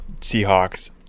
Seahawks